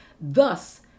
Thus